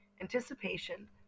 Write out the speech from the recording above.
anticipation